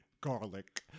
garlic